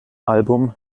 album